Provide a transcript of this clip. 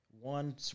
One